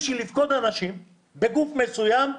בשביל לפקוד אנשים בגוף מסוים,